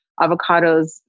avocados